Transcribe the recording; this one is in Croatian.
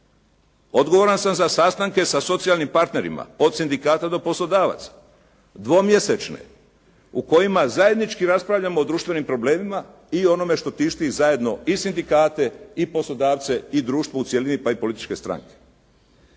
Odgovoran sam za sastanke sa socijalnim partnerima, od sindikata do poslodavaca, dvomjesečne, u kojima zajednički raspravljamo o društvenim problemima i onome što tišti zajedno i sindikate i poslodavce i društvo u cjelini pa i političke stranke.